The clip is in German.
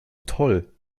toll